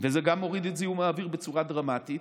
וזה גם מוריד את זיהום האוויר בצורה דרמטית.